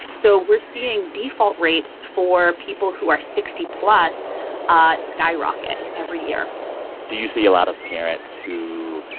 so we're seeing default rates for people who are sixty plus ah skyrocket every year do you see a lot of parents who,